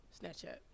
Snapchat